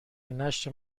نشر